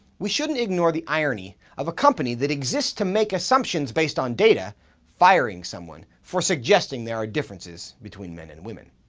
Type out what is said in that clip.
we shouldn't ignore the irony of a company that exists to make assumptions based on data firing someone for suggesting there are differences between men and women.